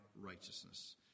righteousness